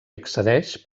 accedeix